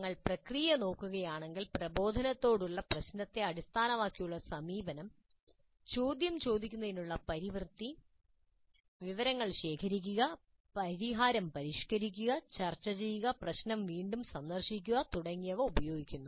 നിങ്ങൾ പ്രക്രിയ നോക്കുകയാണെങ്കിൽ പ്രബോധനത്തോടുള്ള പ്രശ്നത്തെ അടിസ്ഥാനമാക്കിയുള്ള സമീപനം ചോദ്യം ചോദിക്കുന്നതിനുള്ള പരിവൃത്തി വിവരങ്ങൾ ശേഖരിക്കുക പരിഹാരം പരിഷ്കരിക്കുക ചർച്ച ചെയ്യുക പ്രശ്നം വീണ്ടും സന്ദർശിക്കുക തുടങ്ങിയവ ഉപയോഗിക്കുന്നു